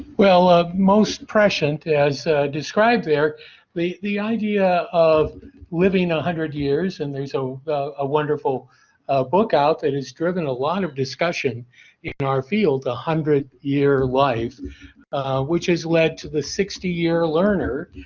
well, ah most prescient as described there the the idea of living ah a hundred years, and there's so a wonderful book out that and has driven a lot of discussion in our field a hundred year life which has led to the sixty year learner,